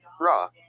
Raw